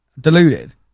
deluded